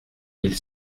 mille